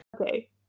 Okay